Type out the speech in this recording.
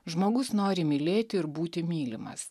žmogus nori mylėti ir būti mylimas